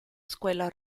escuela